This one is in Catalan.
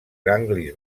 ganglis